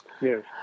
Yes